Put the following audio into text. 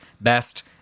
best